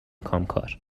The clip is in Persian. کامکار